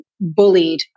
bullied